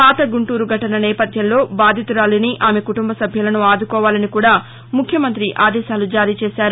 పాత గుంటూరు ఘటన నేపథ్యంలో బాధితురాలిని ఆమె కుటుంబ సభ్యులను ఆదుకోవాలని కూడా ముఖ్యమంత్రి ఆదేశాలు జారీచేశారు